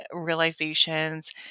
realizations